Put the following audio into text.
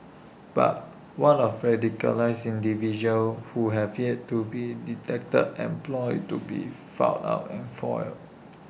but what of radicalised individuals who have yet to be detected and plots yet to be found out and foiled